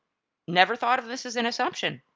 never thought of this as an assumption.